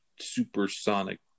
supersonic